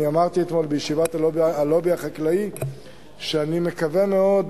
אני אמרתי אתמול בישיבת הלובי החקלאי שאני מקווה מאוד